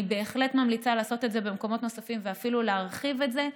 אני בהחלט ממליצה לעשות את זה במקומות נוספים ואפילו להרחיב את זה.